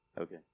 Okay